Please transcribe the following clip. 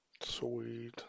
Sweet